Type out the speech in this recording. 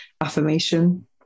affirmation